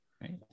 right